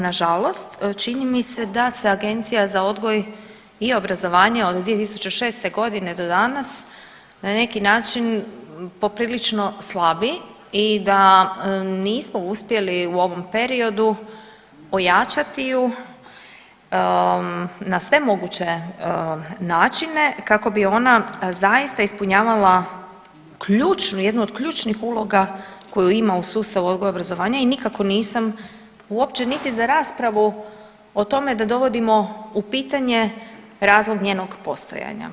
Nažalost, čini mi se da se Agencija za odgoj i obrazovanje od 2006.g. do danas na neki način poprilično slabi i da nismo uspjeli u ovom periodu pojačati ju na sve moguće načine kako bi ona zaista ispunjala ključnu, jednu od ključnih uloga koju ima u sustavu odgoja i obrazovanja i nikako nisam uopće niti za raspravu o tome da dovodimo u pitanje razlog njenog postojanja.